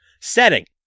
Setting